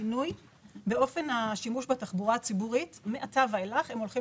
שינוי באופן השימוש בתחבורה הציבורית ומעתה ואילך הם הולכים